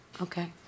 Okay